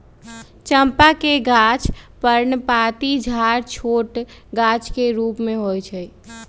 चंपा के गाछ पर्णपाती झाड़ छोट गाछ के रूप में होइ छइ